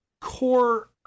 core